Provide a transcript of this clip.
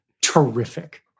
terrific